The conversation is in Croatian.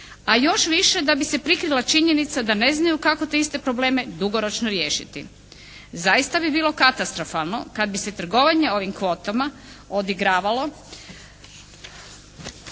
a još više da bi se prikrila činjenica da ne znaju kako te iste probleme dugoročno riješiti. Zaista bi bilo katastrofalno kad bi se trgovanje ovim kvotama odigravalo